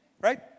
Right